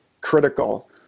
critical